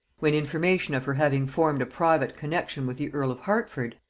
when information of her having formed a private connexion with the earl of hertford,